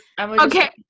Okay